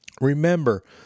Remember